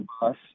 boss